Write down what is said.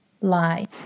lie